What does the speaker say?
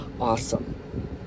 awesome